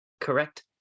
Correct